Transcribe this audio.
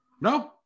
No